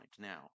Now